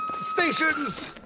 stations